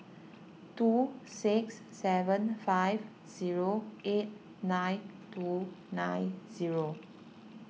two six seven five zero eight nine two nine zero